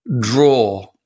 draw